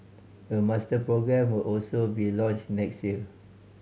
a master programme will also be launched next year